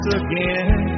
again